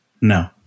No